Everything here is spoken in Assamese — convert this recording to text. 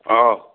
অ